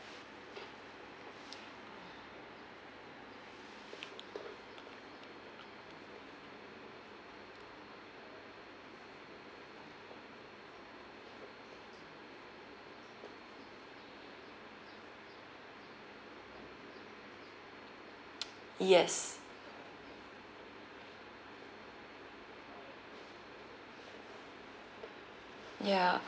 yes ya